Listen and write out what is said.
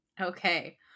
Okay